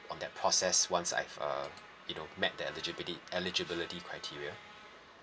on that process once I've uh you know met the egili~ eligibility criteria